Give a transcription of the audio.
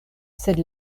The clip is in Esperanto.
sed